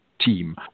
team